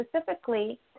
specifically